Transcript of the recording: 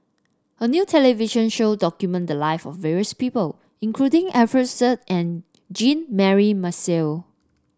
a new television show documented the live of various people including Alfian Sa'at and Jean Mary Marshall